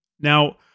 Now